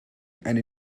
and